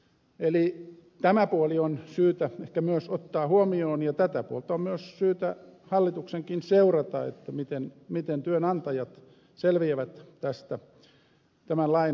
eli tämä puoli on syytä ehkä myös ottaa huomioon ja tätä puolta on myös syytä hallituksenkin seurata miten työnantajat selviävät tämän lain soveltamisesta